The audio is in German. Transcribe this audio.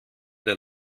der